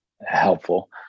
helpful